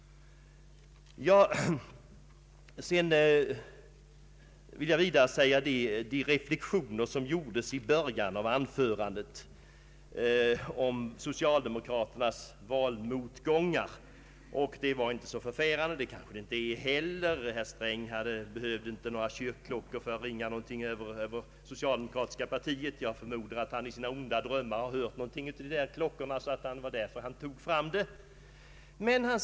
Sedan vill jag ta upp reflexionerna i början av anförandet om socialdemokraternas valmotgångar. De var inte så förfärande, sade herr Sträng — det är de kanske inte heller. Här behövdes inte några kyrkklockor för att ringa över socialdemokratiska partiet. Jag förmodar att herr Sträng i sina onda drömmar har hört något av de där klockorna och att det var därför han tog den bilden. Herr talman!